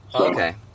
Okay